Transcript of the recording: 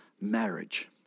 marriage